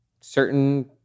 certain